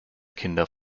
kinder